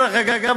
דרך אגב,